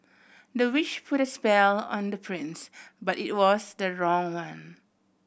the witch put a spell on the prince but it was the wrong one